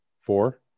Four